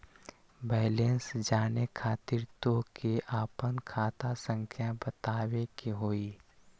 Balance जाने खातिर तोह के आपन खाता संख्या बतावे के होइ?